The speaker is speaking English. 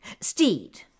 Steed